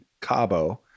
Cabo